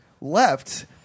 left